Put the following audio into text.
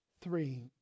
three